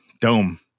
dome